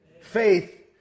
faith